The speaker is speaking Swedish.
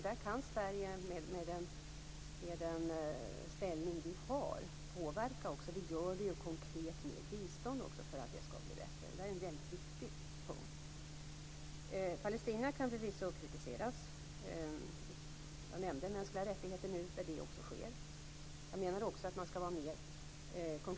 När man har rest i området och träffat representanter för MR organisationer, både israeliska och palestinska, har de bett om detta: Stöd våra strävanden! Se till att vi kan få verka fritt!